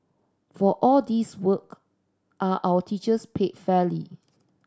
for all this work are our teachers paid fairly